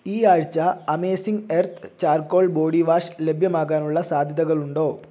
ഈ ആഴ്ച amazing earth charcoal body wash ലഭ്യമാകാനുള്ള സാധ്യതകളുണ്ടോ